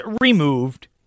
removed